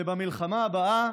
שבמלחמה הבאה